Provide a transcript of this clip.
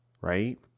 Right